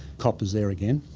copper is there again,